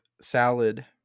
salad